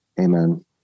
Amen